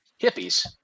hippies